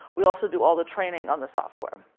we also do all the training on the software.